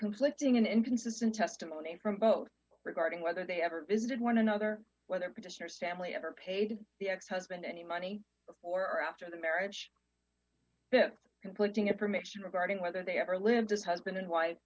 conflicting and inconsistent testimony from both regarding whether they ever visited one another whether petitioners family ever paid the ex husband any money before or after the marriage bit conflicting information regarding whether they ever lived as husband and wife